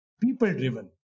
people-driven